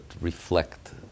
reflect